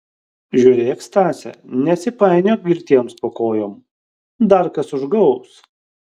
žiūrėk stase nesipainiok girtiems po kojom dar kas užgaus